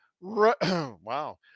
Wow